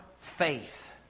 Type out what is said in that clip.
faith